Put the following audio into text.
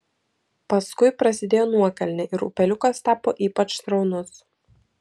paskui prasidėjo nuokalnė ir upeliukas tapo ypač sraunus